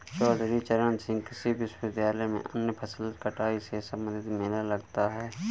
चौधरी चरण सिंह कृषि विश्वविद्यालय में अन्य फसल कटाई से संबंधित मेला लगता है